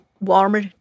warmer